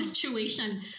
situation